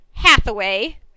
Hathaway